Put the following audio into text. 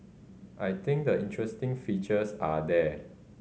I think the interesting features are there